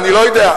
אני לא יודע,